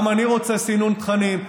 גם אני רוצה סינון תכנים.